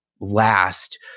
last